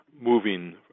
moving